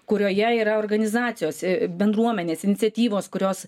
kurioje yra organizacijos bendruomenės iniciatyvos kurios